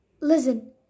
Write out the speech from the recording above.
listen